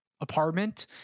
apartment